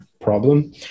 problem